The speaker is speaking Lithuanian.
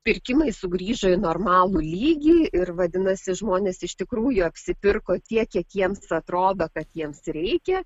pirkimai sugrįžo į normalų lygį ir vadinasi žmonės iš tikrųjų apsipirko tiek kiek jiems atrodo kad jiems reikia